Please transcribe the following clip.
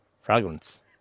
Fragrance